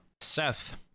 Seth